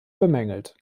bemängelt